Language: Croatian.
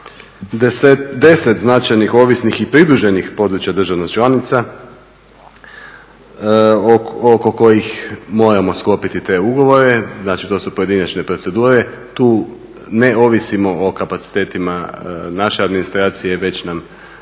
značajnih ovisnih i pridruženih područja državna članica oko kojih moramo sklopiti te ugovore. Znači to su pojedinačne procedure, tu ne ovisimo o kapacitetima naše administracije već nam